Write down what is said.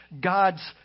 God's